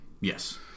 Yes